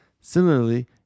Similarly